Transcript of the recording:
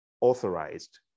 authorized